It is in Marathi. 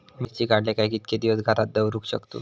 मिर्ची काडले काय कीतके दिवस घरात दवरुक शकतू?